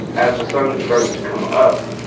as the sun started to come up,